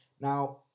now